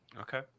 okay